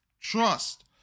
trust